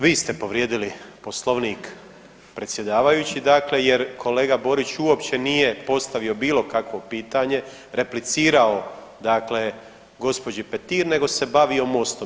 Vi ste povrijedili Poslovnik predsjedavajući, dakle jer kolega Borić nije postavio bilo kakvo pitanje, replicirao dakle gospođi Petir, nego se bavio MOST-om.